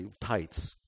tights